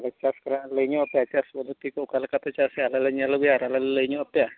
ᱪᱟᱥ ᱦᱚᱨᱟ ᱞᱟᱹᱭ ᱧᱚᱜ ᱟᱯᱮ ᱪᱟᱥ ᱯᱚᱫᱽᱫᱷᱚᱛᱤ ᱠᱚ ᱚᱠᱟ ᱞᱮᱠᱟᱯᱮ ᱪᱟᱥ ᱮᱜᱼᱟ ᱟᱞᱮ ᱞᱮ ᱧᱮᱞ ᱟᱹᱜᱩᱭᱟ ᱟᱨ ᱟᱞᱮ ᱞᱮ ᱞᱟᱹᱭ ᱧᱚᱜ ᱟᱯᱮᱭᱟ